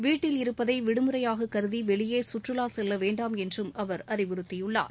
வீட்டில் இருப்பதை விடுமுறையாகக் கருதி வெளியே சுற்றுலா செல்ல வேண்டாம் என்றும் அவர் அறிவுறுத்தியுள்ளார்